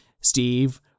Steve